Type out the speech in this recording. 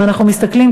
אם אנחנו מסתכלים,